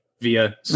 via